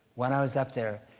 when i was up there,